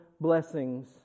blessings